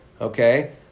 Okay